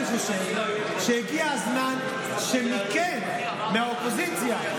אני חושב שהגיע הזמן שמכם, מהאופוזיציה,